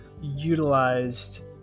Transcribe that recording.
utilized